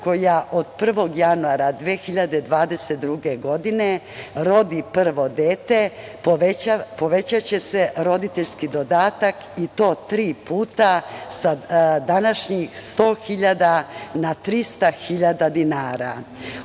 koja od 1. januara 2022. godine rodi prvo dete, povećaće se roditeljski dodatak i to tri puta, sa današnjih 100.000,00 na 300.000,00 dinara. Uz